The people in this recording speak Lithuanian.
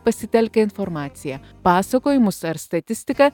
pasitelkę informaciją pasakojimus ar statistiką